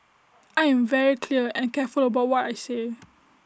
I am very clear and careful about what I say